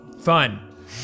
Fun